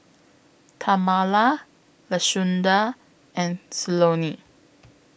Tamala Lashunda and Cleone